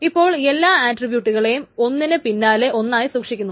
ഇപ്പോൾ എല്ലാ ആട്രിബ്യൂട്ട്കളെയും ഒന്നിന് പിന്നാലെ ഒന്നായി സൂക്ഷിക്കുന്നു